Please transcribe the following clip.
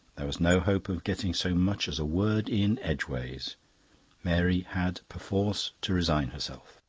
there was no hope of getting so much as a word in edgeways mary had perforce to resign herself.